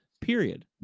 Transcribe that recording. Period